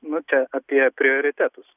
nu čia apie prioritetus